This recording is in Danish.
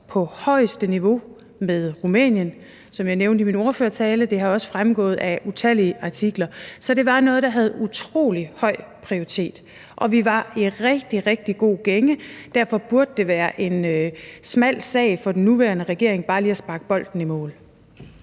på højeste niveau med Rumænien, som jeg nævnte i min ordførertale. Det er også fremgået af utallige artikler. Så det var noget, der havde utrolig høj prioritet, og vi var i en rigtig, rigtig god gænge. Derfor burde det være en smal sag for den nuværende regering bare lige at sparke bolden i mål.